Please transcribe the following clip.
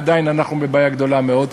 עדיין אנחנו בבעיה גדולה מאוד.